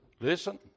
Listen